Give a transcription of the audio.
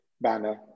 banner